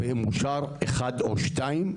ואם אושר אחד או שניים,